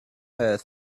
earth